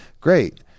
great